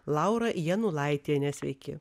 laura janulaitienė sveiki